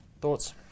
Thoughts